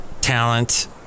talent